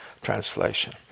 translation